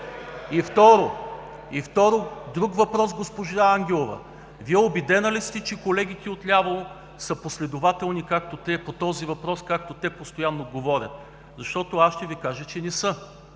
И второ, госпожо Ангелова, Вие убедена ли сте, че колегите от ляво са последователни по този въпрос, както те постоянно говорят?! Аз ще Ви кажа, че не са.